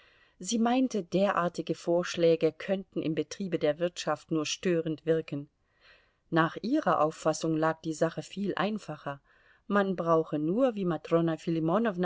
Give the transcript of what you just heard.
sie meinte derartige vorschläge könnten im betriebe der wirtschaft nur störend wirken nach ihrer auffassung lag die sache viel einfacher man brauche nur wie matrona